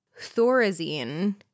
thorazine